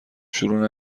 شروع